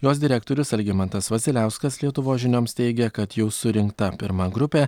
jos direktorius algimantas vasiliauskas lietuvos žinioms teigė kad jau surinkta pirma grupė